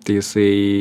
tai jisai